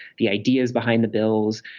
the ideas behind the bills,